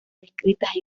descritas